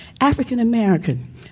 African-American